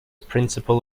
principle